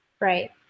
right